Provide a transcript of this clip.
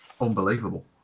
unbelievable